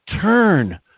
turn